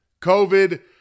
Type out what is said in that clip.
covid